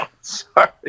Sorry